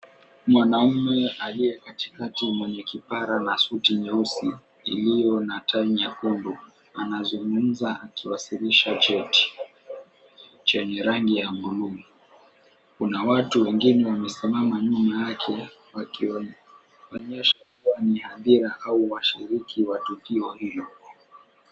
Mwanaume aliye katikati mwenye kipara na suti nyeusi ilio na tai nyekundu anazungumza akiwasilisha cheti chenye rangi ya blue . Kuna watu wengine wamesimama nyuma yake wakionyesha hadhira au washiriki wa tukio hilo.